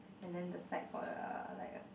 and then the side got a like a